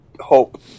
hope